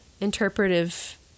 interpretive